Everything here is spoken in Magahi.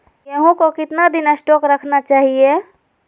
गेंहू को कितना दिन स्टोक रखना चाइए?